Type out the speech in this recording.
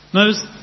Notice